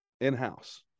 in-house